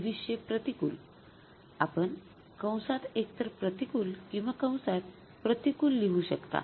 २६०० प्रतिकूल आपण कंसात एकतर प्रतिकूल किंवा कंसात प्रतिकूल लिहू शकता